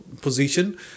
position